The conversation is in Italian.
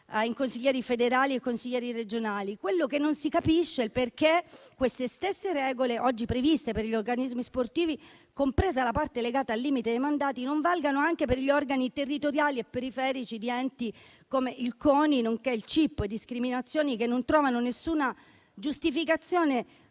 dai consiglieri federali e i consiglieri regionali. Quello che non si capisce è perché queste stesse regole oggi previste per gli organismi sportivi, compresa la parte legata al limite dei mandati, non valgano anche per gli organi territoriali e periferici di enti come il CONI, nonché il CIP. Sono discriminazioni che non trovano nessuna giustificazione